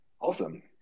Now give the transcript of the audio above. Awesome